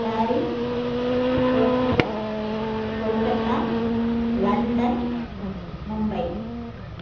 Paris Tokyo Kolkata London Mumbai